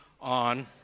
on